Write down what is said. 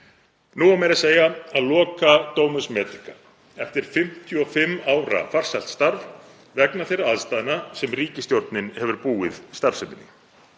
Nú á meira að segja að loka Domus Medica eftir 55 ára farsælt starf vegna þeirra aðstæðna sem ríkisstjórnin hefur búið starfseminni.